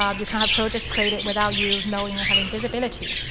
um you can't have projects created without you knowing or having visibility.